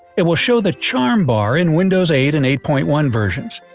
it will show the charm bar in windows eight and eight point one versions.